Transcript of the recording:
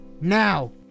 Now